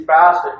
passage